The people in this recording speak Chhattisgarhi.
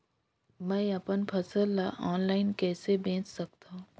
मैं अपन फसल ल ऑनलाइन कइसे बेच सकथव?